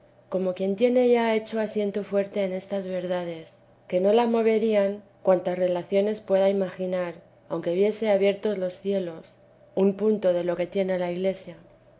como quien tiene ya hecho asiento fuerte en estas verdades que no la moverían cuantas relaciones pueda imaginar aunque viese abiertos los cielos un punto de lo que tiene la iglesia